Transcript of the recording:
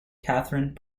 catherine